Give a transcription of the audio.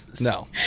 No